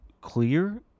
clear